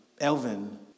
Elvin